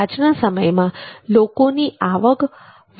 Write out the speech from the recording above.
આજના સમયમાં લોકોની આવક વધતા ખરીદ શક્તિ વધી ગઈ છે